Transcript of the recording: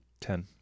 Ten